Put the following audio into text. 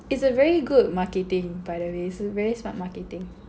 it's a very good marketing by the way it's a very smart marketing